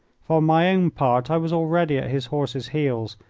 for my own part i was already at his horse's heels.